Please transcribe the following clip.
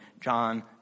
John